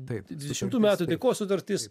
taip dvidešimtų metų taikos sutartis